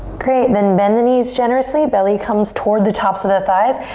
great, then bend the knees generously, belly comes towards the tops of the thighs.